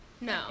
No